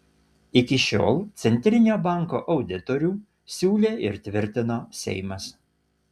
iki šiol centrinio banko auditorių siūlė ir tvirtino seimas